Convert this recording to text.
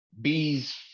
bees